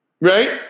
right